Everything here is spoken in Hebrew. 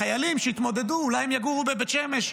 חיילים שיתמודדו אולי יגורו בבית שמש,